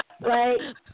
Right